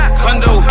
condo